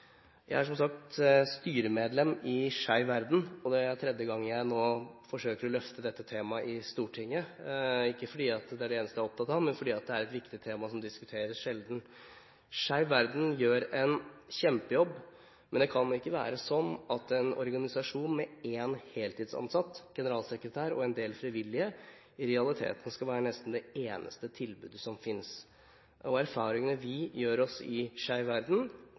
Jeg er, som sagt, styremedlem i Skeiv Verden, og dette er tredje gang jeg nå forsøker å løfte dette temaet i Stortinget – ikke fordi det er det eneste jeg er opptatt av, men fordi det er et viktig tema som sjelden diskuteres. Skeiv Verden gjør en kjempejobb, men det kan ikke være slik at en organisasjon med én heltidsansatt generalsekretær og en del frivillige i realiteten skal være nesten det eneste tilbudet som finnes. Erfaringene vi gjør oss i Skeiv Verden,